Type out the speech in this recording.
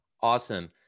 awesome